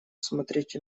смотреть